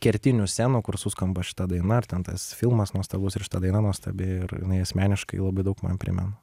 kertinių scenų kur suskamba šita daina ir ten tas filmas nuostabus ir šita daina nuostabi ir jinai asmeniškai labai daug man primena